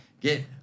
get